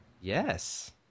yes